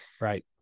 Right